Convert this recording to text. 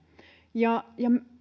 ja